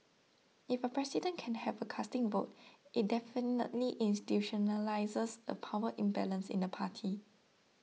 if a president can have a casting vote it definitely institutionalises a power imbalance in the party